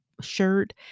shirt